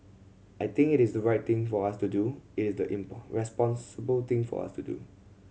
I think it is the right thing for us to do it is the responsible thing for us to do